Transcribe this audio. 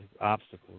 obstacles